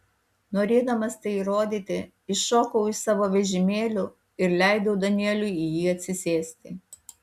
norėdamas tai įrodyti iššokau iš savo vežimėlio ir leidau danieliui į jį atsisėsti